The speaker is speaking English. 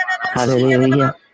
Hallelujah